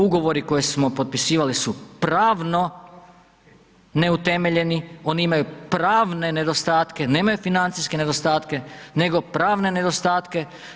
Ugovori koje smo potpisivali su pravno neutemeljeni, oni imaju pravne nedostatke, nemaju financijske nedostatke, nego pravne nedostatke.